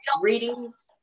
readings